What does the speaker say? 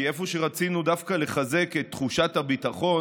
כי איפה שרצינו לחזק את תחושת הביטחון